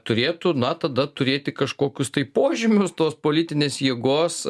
turėtų na tada turėti kažkokius tai požymius tos politinės jėgos